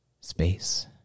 space